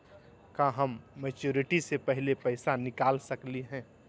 का हम मैच्योरिटी से पहले पैसा निकाल सकली हई?